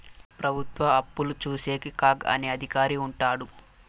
ప్రభుత్వ అప్పులు చూసేకి కాగ్ అనే అధికారి ఉంటాడు